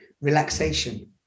relaxation